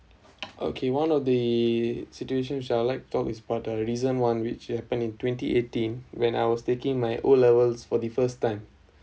okay one of the situation shall I like talk is about terrorism [one] which happened in twenty eighteen when I was taking my O levels for the first time